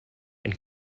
and